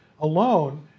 alone